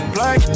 Black